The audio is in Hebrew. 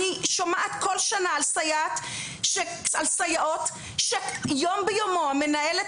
אני שומעת בכל שנה על סייעות שיום ביומו המנהלת